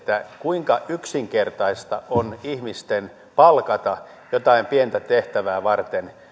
kuinka yksinkertaista on ihmisten palkata jotain pientä tehtävää varten